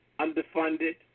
underfunded